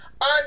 On